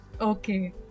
Okay